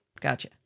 Gotcha